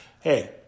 hey